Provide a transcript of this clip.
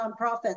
nonprofits